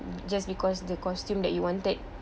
just because the costume that you wanted